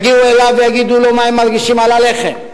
יגיעו אליו ויגידו לו מה הם מרגישים לגבי הלחם,